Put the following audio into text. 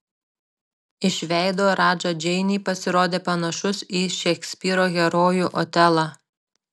iš veido radža džeinei pasirodė panašus į šekspyro herojų otelą